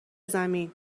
زمین